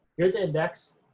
here's the index,